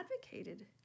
advocated